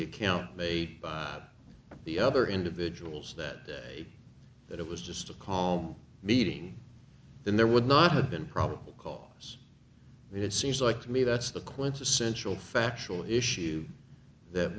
the account made by the other individuals that day that it was just a calm meeting then there would not have been probable cause it seems like to me that's the quintessential factual issue that